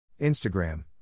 Instagram